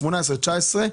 2018 ו-2019,